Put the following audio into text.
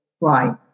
right